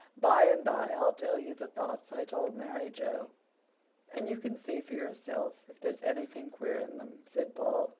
by and by i'll tell you the thoughts i told mary joe and you can see for yourself if there's anything queer in them, said paul